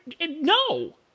no